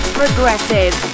progressive